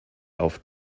auf